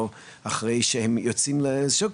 או אחרי שהם יוצאים לשוק,